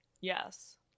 Yes